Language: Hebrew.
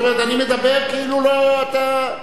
אני מדבר כאילו אתה,